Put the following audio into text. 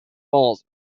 falls